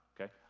okay